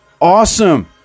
awesome